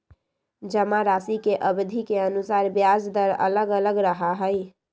जमाराशि के अवधि के अनुसार ब्याज दर अलग अलग रहा हई